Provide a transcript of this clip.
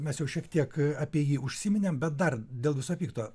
mes jau šiek tiek apie jį užsiminėm bet dar dėl viso pikto